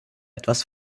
etwas